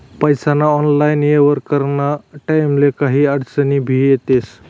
पैसास्ना ऑनलाईन येव्हार कराना टाईमले काही आडचनी भी येतीस